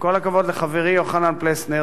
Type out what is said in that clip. עם כל הכבוד לחברי יוחנן פלסנר,